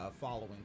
following